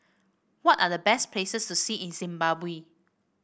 what are the best places to see in Zimbabwe